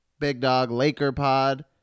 BigDogLakerPod